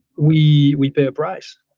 we we pay a price,